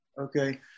okay